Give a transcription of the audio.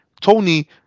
Tony